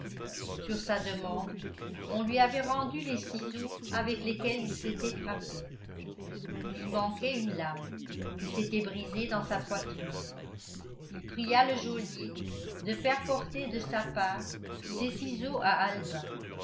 sur sa demande on lui avait rendu les ciseaux avec lesquels il s'était frappé il y manquait une lame qui s'était brisée dans sa poitrine il pria le geôlier de faire porter de sa part ces ciseaux à albin